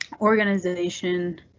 Organization